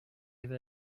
have